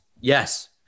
Yes